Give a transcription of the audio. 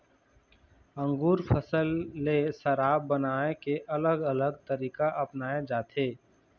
अंगुर फसल ले शराब बनाए के अलग अलग तरीका अपनाए जाथे